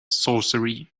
sorcery